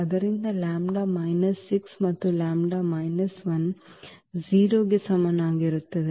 ಆದ್ದರಿಂದ lambda minus 6 ಮತ್ತು lambda minus 1 0 ಕ್ಕೆ ಸಮನಾಗಿರುತ್ತದೆ